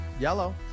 Yellow